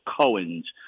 Cohen's